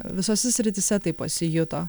visose srityse tai pasijuto